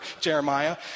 Jeremiah